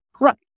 Right